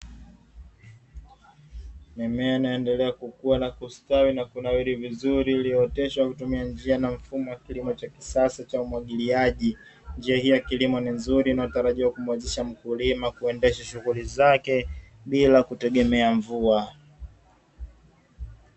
Mimea inaendelea kukua na kustawi na kunawili vizurii iliotesha kwa kumtumia njia na mfumo wa kisasa cha umwagiliaji, njia hii ya kilimo ni nzuri inamuwezesha mkulima kuendesha shughuli zake bila kutegemea nvua.